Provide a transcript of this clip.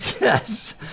yes